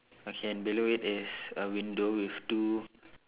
okay and below it is a window with two